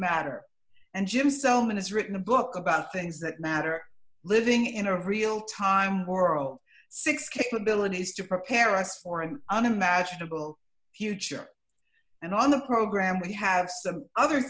matter and jim spellman has written a book about things that matter living in a real time world six capabilities to prepare us for an unimaginable future and on the program we have some other